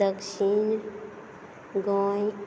दक्षिण गोंय